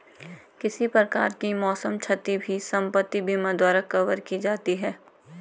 किसी प्रकार की मौसम क्षति भी संपत्ति बीमा द्वारा कवर की जाती है